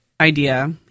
idea